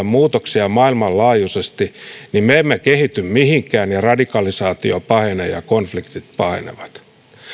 muutoksia maailmanlaajuisesti niin me emme kehity mihinkään radikalisaatio pahenee ja konfliktit pahenevat